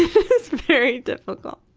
it's very difficult.